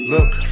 Look